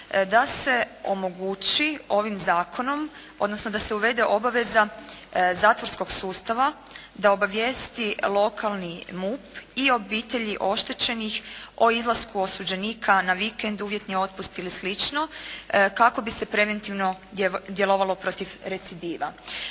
da se omogući ovim zakonom, odnosno da se uvede obaveza zatvorskog sustava da obavijesti lokalni MUP i obitelji oštećenih o izlasku osuđenika na vikend, uvjetni otpust ili slično kako bi se preventivno djelovalo protiv recidiva.